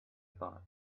thought